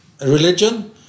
religion